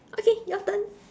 okay your turn